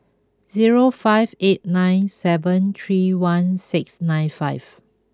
zero five eight nine seven three one six nine five